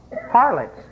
harlots